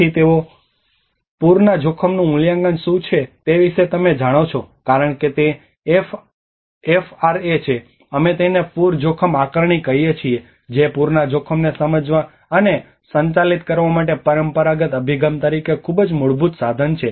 તેથી પહેલા તેઓ પૂરના જોખમનું મૂલ્યાંકન શું છે તે વિશે તમે જાણો છો કારણ કે તે એફઆરએ છે અમે તેને પૂર જોખમ આકારણી કહીએ છીએ જે પૂરના જોખમને સમજવા અને સંચાલિત કરવા માટે પરંપરાગત અભિગમ તરીકે ખૂબ જ મૂળભૂત સાધન છે